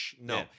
No